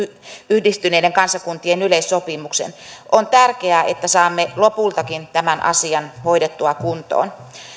yhdistyneiden kansakuntien yleissopimuksen on tärkeää että saamme lopultakin tämän asian hoidettua kuntoon